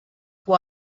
guo